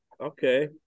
okay